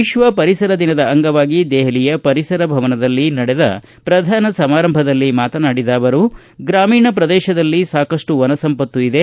ವಿಶ್ವ ಪರಿಸರ ದಿನದ ಅಂಗವಾಗಿ ದೆಹಲಿಯ ಪರಿಸರ ಭವನದಲ್ಲಿ ನಡೆದ ಪ್ರಧಾನ ಸಮಾರಂಭದಲ್ಲಿ ಮಾತನಾಡಿದ ಅವರು ಗ್ರಾಮೀಣ ಪ್ರದೇಶದಲ್ಲಿ ಸಾಕಷ್ಟು ವನ ಸಂಪತ್ತು ಇದೆ